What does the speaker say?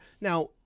Now